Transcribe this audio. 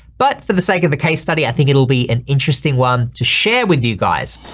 but for the sake of the case study i think it'll be an interesting one to share with you guys.